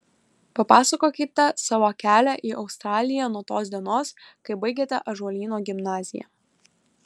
papasakokite savo kelią į australiją nuo tos dienos kai baigėte ąžuolyno gimnaziją